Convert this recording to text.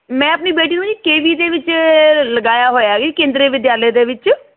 ਮੈਂ ਆਪਣੀ ਬੇਟੀ ਨੂੰ ਜੀ ਕੇ ਵੀ ਦੇ ਵਿੱਚ ਲਗਾਇਆ ਹੋਇਆ ਹੈ ਕੇਂਦਰੀ ਵਿਦਿਆਲਿਆ ਦੇ ਵਿੱਚ